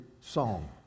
song